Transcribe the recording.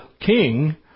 king